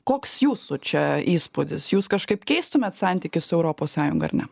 koks jūsų čia įspūdis jūs kažkaip keistumėt santykius su europos sąjunga ar ne